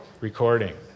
recording